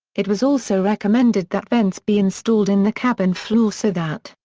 it was also recommended that vents be installed in the cabin floor so that,